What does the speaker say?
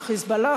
ה"חיזבאללה",